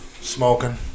Smoking